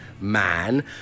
man